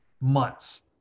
months